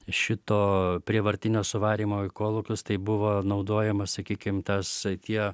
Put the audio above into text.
šito prievartinio suvarymo į kolūkius tai buvo naudojamas sakykim tas tie